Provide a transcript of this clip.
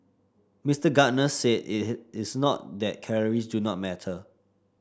Mister Gardner said it is not that calories do not matter